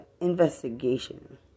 investigation